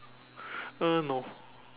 uh no